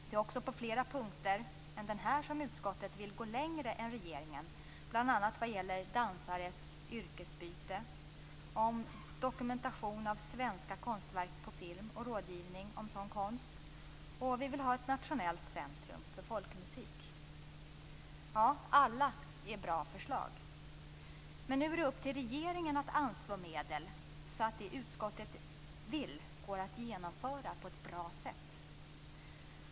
Det är också på flera punkter än den här som utskottet vill gå längre än regeringen bl.a. vad gäller dansares yrkesbyte och dokumentation av svenska konstverk på film och rådgivning om sådan konst. Vi vill också ha ett nationellt centrum för folkmusik. Alla förslag är bra. Men nu är det upp till regeringen att anslå medel så att det som utskottet vill går att genomföra på ett bra sätt.